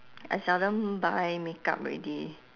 I seldom buy makeup already